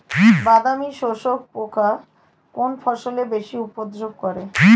বাদামি শোষক পোকা কোন ফসলে বেশি উপদ্রব করে?